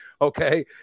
okay